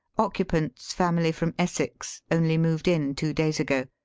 occupants, family from essex. only moved in two days ago.